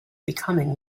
becoming